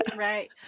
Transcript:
Right